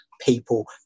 people